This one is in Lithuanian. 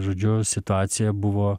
žodžiu situacija buvo